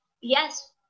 yes